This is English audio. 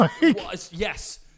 Yes